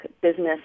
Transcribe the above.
Business